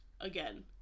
Again